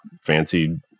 fancy